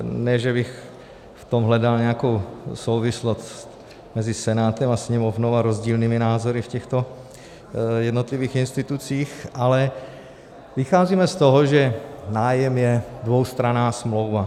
Ne že bych v tom hledal nějakou souvislost mezi Senátem a Sněmovnou a rozdílnými názory v těchto jednotlivých institucích, ale vycházíme z toho, že nájem je dvoustranná smlouva.